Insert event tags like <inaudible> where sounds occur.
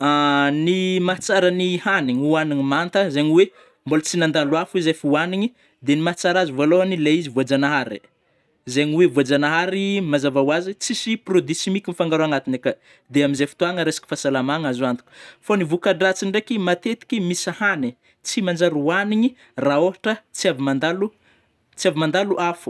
, <hesitation> Ny mahatsara ny hanigny hoanigny mantazegny oe mbôla tsy nandalo afo izy efa ohaningy de ny mahatsara azy vôlôhany le izy voajanahary, zegny oe voajanahary <hesitation> mazava oazy tsisy produit chimique mifangaro anatigny akagny de amzai fotoagna resaka fahasalamagna azo antoko, fa ny vokadratsiny ndraiky matetiky misy hanigny tsy manjary oanigny ra ôhatra, tsy avy mandalo-tsy avy mandalo afo.